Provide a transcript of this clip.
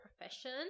profession